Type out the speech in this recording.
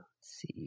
see